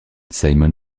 simon